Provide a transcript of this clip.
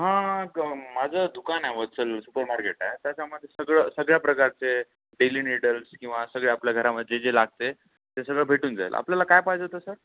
हा माझं दुकान आहे वत्सल सुपर मार्केट आहे त्याच्यामध्ये सगळं सगळ्या प्रकारचे डेली नीडल्स किंवा सगळे आपल्या घरामध्ये जे लागते ते सगळं भेटून जाईल आपल्याला काय पाहिजे होतं सर